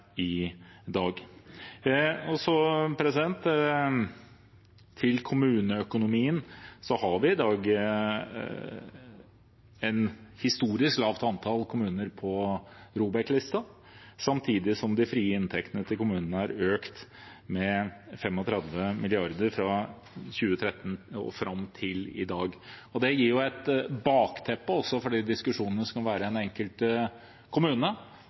i dag. Når det gjelder kommuneøkonomien, har vi i dag et historisk lavt antall kommuner på ROBEK-listen, samtidig som de frie inntektene til kommunene har økt med 35 mrd. kr fra 2013 fram til i dag. Det gir et bakteppe også for de diskusjonene som kan være i den enkelte kommune,